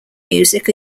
music